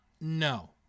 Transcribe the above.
No